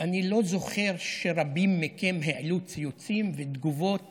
אני לא זוכר שרבים מכם העלו ציוצים ותגובות